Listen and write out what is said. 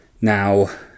Now